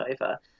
over